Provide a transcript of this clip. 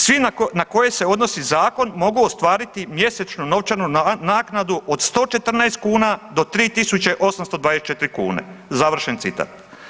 Svi na koje se odnose zakon mogu ostvariti mjesečnu novčanu naknadu od 114 kuna do 3.824 kune, završen citat.